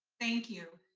thank you.